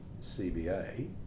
CBA